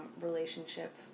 relationship